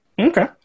Okay